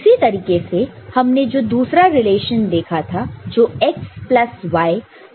इसी तरीके से हमने जो दूसरा रिलेशन देखा था जो x plus y AND x plus z था